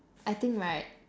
I think right